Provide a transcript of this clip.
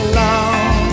long